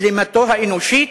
גלימתו האנושית,